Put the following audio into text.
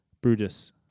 Brutus